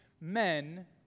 men